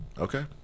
Okay